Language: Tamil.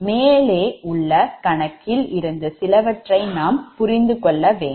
மேலே உள்ள கணக்கில் இருந்து சிலவற்றை நாம் புரிந்துகொள்ள வேண்டும்